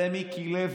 זה מיקי לוי.